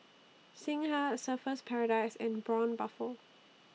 Singha Surfer's Paradise and Braun Buffel